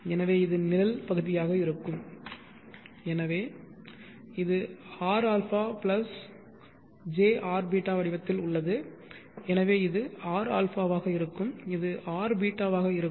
எனவே இது நிழல் பகுதியாக இருக்கும் எனவே இது rα jrβ வடிவத்தில் உள்ளது எனவே இது rα ஆக இருக்கும் இது rβ ஆக இருக்கும்